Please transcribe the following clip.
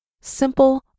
simple